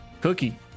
Cookie